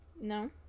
No